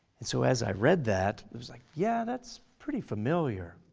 and so as i read that, i was like yeah that's pretty familiar,